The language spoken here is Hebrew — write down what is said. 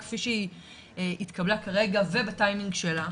כפי שהיא התקבלה כרגע "ובטיימניג" שלה,